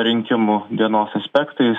rinkimų dienos aspektais